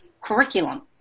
curriculum